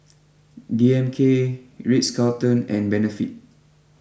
D M K Ritz Carlton and Benefit